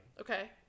Okay